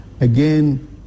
Again